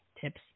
tips